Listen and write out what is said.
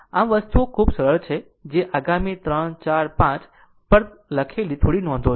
આમ વસ્તુઓ ખૂબ જ સરળ છે જે આગામી 345 પર લખેલી થોડી નોંધો છે